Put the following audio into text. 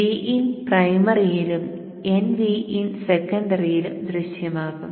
Vin പ്രൈമറിയിലും nVin സെക്കണ്ടറിയിലും ദൃശ്യമാകും